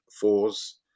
Fours